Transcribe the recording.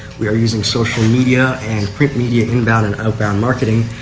we're using social media and print media inbound and outbound marketing.